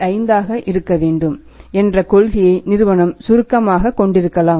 5 ஆக இருக்க வேண்டும் என்ற கொள்கையை நிறுவனம் சுருக்கமாகக் கொண்டிருக்கலாம்